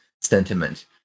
sentiment